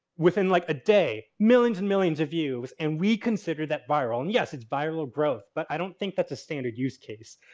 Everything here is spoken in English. within like a day millions and millions of views and we considered that viral. and yes, it's viral growth but i don't think that's a standard use case.